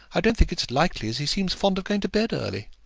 i don't think it likely, as he seems fond of going to bed early.